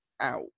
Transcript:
out